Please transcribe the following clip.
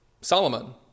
Solomon